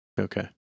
Okay